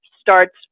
starts